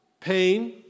pain